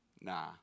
nah